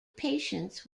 patients